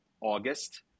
August